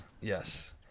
Yes